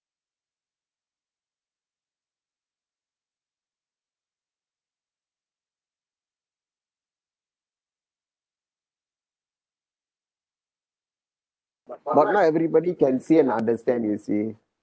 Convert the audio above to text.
but not everybody can see and understand you see